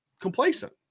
complacent